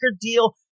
deal